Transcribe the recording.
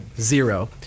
zero